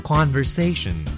Conversation